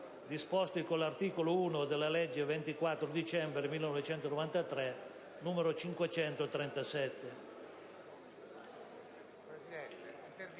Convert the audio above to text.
disposto con l'articolo 1 della legge 24 dicembre 1993, n. 537.